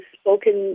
spoken